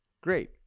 Great